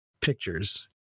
pictures